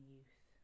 Youth